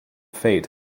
fate